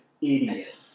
idiot